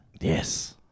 Yes